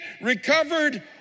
recovered